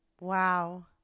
Wow